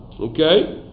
okay